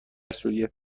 سوریه